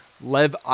Lev